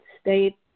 state